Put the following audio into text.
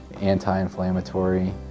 anti-inflammatory